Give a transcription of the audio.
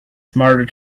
smarter